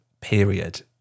period